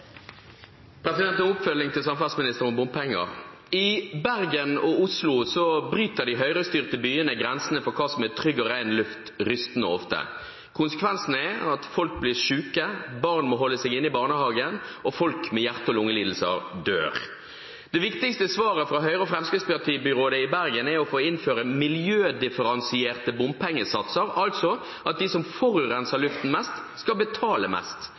til oppfølgingsspørsmål. En oppfølging til samferdselsministeren om bompenger: I Bergen og Oslo bryter de Høyre-styrte byene grensene for hva som er trygg og ren luft rystende ofte. Konsekvensene er at folk blir syke, barn må holde seg inne i barnehagen og folk med hjerte- og lungelidelser dør. Det viktigste svaret fra Høyre–Fremskrittsparti-byrådet i Bergen er å få innføre miljødifferensierte bompengesatser, altså at de som forurenser luften mest, skal betale mest.